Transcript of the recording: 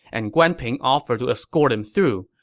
and guan ping offered to escort him through.